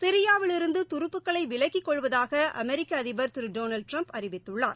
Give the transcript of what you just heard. சிரியாவிலிருந்து துருப்புக்களை விலக்கிக்கொள்வதாக அமெரிக்க அதிபர் திரு டொளல்டு ட்ரம்ப் அறிவித்துள்ளார்